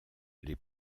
les